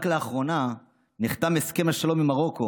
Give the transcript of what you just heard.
רק לאחרונה נחתם הסכם השלום עם מרוקו.